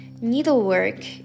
needlework